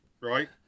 right